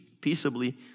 peaceably